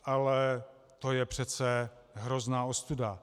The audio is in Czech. Ale to je přece hrozná ostuda.